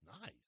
Nice